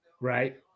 Right